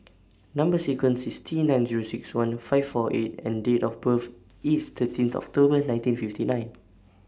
Number sequence IS T nine Zero six one five four eight E and Date of birth IS thirteenth October nineteen fifty nine